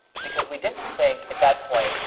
because we didn't think, at that point,